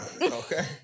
Okay